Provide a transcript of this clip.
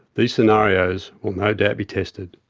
these scenarios will no doubt be tested.